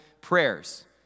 prayers